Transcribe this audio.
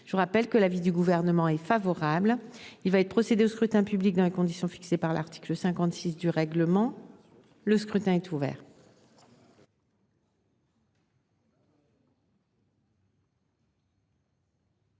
Je vous rappelle que l'avis du gouvernement est favorable, il va être procédé au scrutin public dans les conditions fixées par l'article 56 du règlement. Le scrutin est ouvert.